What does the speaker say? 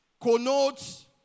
connotes